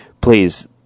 please